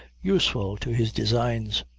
useful to his designs.